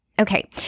Okay